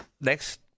next